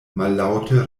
mallaŭte